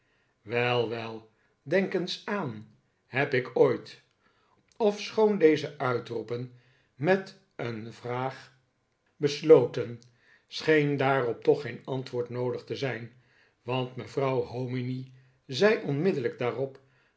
wel denk eens aan heb ik ooit ofschoon deze uitroepen met een vraag besloten scheen daarop toch geen antwoord noodig te zijn want mevrouw hominy zei onmiddellijk daarop